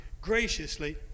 graciously